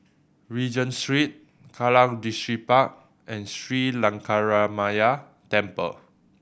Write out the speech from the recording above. Regent Street Kallang Distripark and Sri Lankaramaya Temple